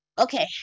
Okay